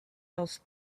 else